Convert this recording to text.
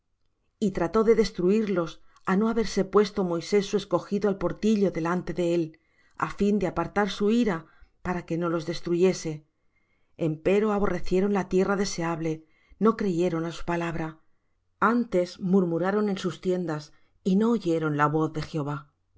y trató de destruirlos a no haberse puesto moisés su escogido al portillo delante de él a fin de apartar su ira para que no los destruyese empero aborrecieron la tierra deseable no creyeron á su palabra antes murmuraron en sus tiendas y no oyeron la voz de jehová